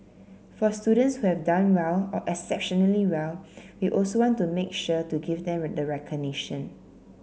for students who have done well or exceptionally well we also want to make sure to give them the recognition